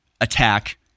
attack